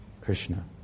Krishna